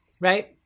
Right